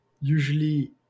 usually